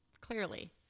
Clearly